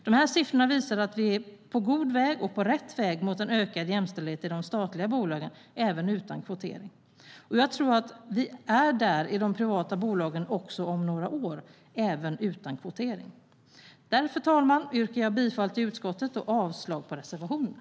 Dessa siffror visar att vi är på god väg, och på rätt väg, mot ökad jämställdhet i de statliga bolagen även utan kvotering. Och jag tror att vi är där också i de privata bolagen om några år, även utan kvotering. Därför, herr talman, yrkar jag bifall till utskottets förslag och avslag på reservationerna.